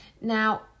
Now